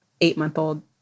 eight-month-old